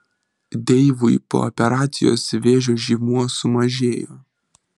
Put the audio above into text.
deivui po operacijos vėžio žymuo sumažėjo